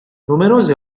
numerose